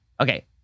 Okay